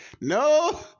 no